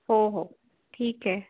हो हो ठीक आहे